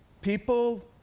People